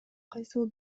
кайсыл